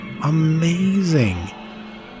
Amazing